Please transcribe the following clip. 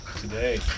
today